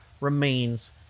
remains